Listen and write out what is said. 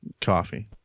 Coffee